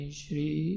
shri